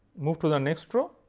move to the next row,